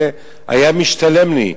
והיה משתלם לי.